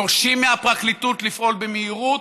דורשים מהפרקליטות לפעול במהירות,